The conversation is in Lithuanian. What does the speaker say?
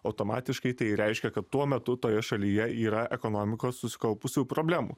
automatiškai tai reiškia kad tuo metu toje šalyje yra ekonomikos susikaupusių problemų